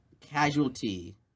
casualty